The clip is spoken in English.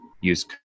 use